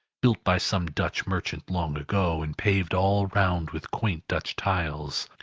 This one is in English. built by some dutch merchant long ago, and paved all round with quaint dutch tiles,